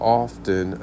often